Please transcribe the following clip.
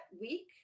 week